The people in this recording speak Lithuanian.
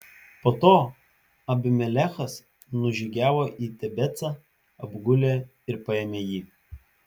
po to abimelechas nužygiavo į tebecą apgulė ir paėmė jį